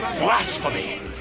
Blasphemy